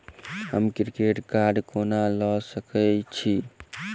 हम credit card कोना लऽ सकै छी?